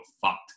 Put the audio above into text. fucked